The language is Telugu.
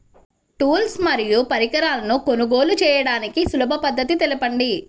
టూల్స్ మరియు పరికరాలను కొనుగోలు చేయడానికి సులభ పద్దతి తెలపండి?